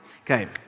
Okay